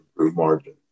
Margin